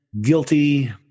guilty